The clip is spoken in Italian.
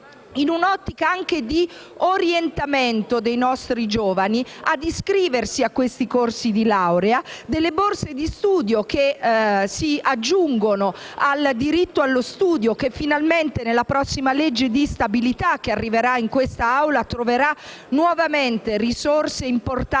in un'ottica anche di orientamento dei nostri giovani, a iscriversi ai corsi di laurea grazie a borse di studio, che si aggiungono al diritto allo studio che finalmente, nella prossima legge di stabilità che arriverà in Assemblea, troverà nuovamente risorse importanti